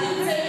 את תמצאי,